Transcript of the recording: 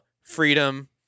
freedom